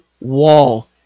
Wall